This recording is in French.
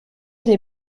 des